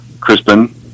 Crispin